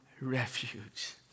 refuge